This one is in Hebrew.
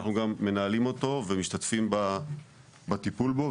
אנחנו גם מנהלים אותו ומשתתפים בטיפול בו,